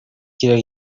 кирәк